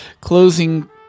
closing